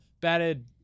batted